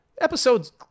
Episodes